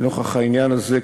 לנוכח העניין הזה,